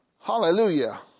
Hallelujah